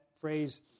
phrase